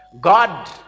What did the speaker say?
God